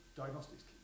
diagnostics